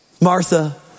Martha